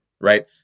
right